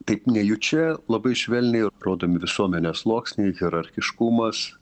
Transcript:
taip nejučia labai švelniai rodomi visuomenės sluoksniai hierarchiškumas